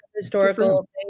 historical